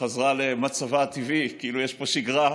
שחזרה למצבה הטבעי, כאילו יש פה שגרה,